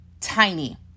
tiny